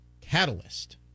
Catalyst